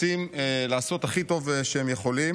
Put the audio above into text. רוצים לעשות הכי טוב שהם יכולים.